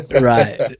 right